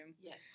Yes